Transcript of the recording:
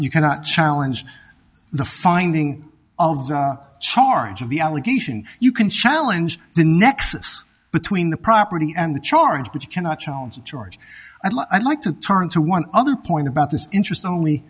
you cannot challenge the finding of the charge of the allegation you can challenge the nexus between the property and the charge but you cannot challenge the charge i'd like i'd like to turn to one other point about this interest only